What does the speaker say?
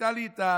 הייתה לי הזכות